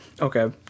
Okay